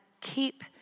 Keep